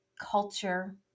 culture